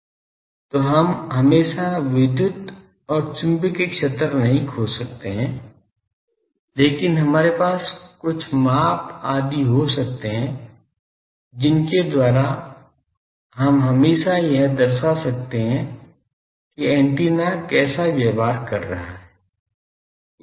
तो हम हमेशा विद्युत और चुंबकीय क्षेत्र नहीं खोज सकते हैं लेकिन हमारे पास कुछ माप आदि हो सकते हैं जिनके द्वारा हम हमेशा यह दर्शा सकते हैं कि एंटीना कैसा व्यवहार कर रहा है